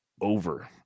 over